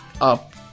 up